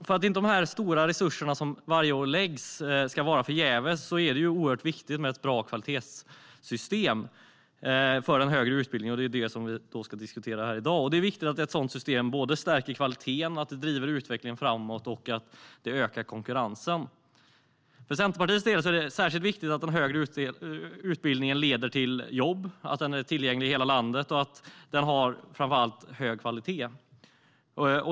För att de stora resurser som läggs på detta varje år inte ska vara förgäves är det viktigt med ett bra kvalitetssäkringssystem för den högre utbildningen, och det diskuterar vi i dag. Det är viktigt att ett sådant system stärker kvaliteten, driver utvecklingen framåt och ökar konkurrensen. För Centerpartiet är det särskilt viktigt att den högre utbildningen leder till jobb, att den är tillgänglig i hela landet och att den håller hög kvalitet.